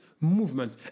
movement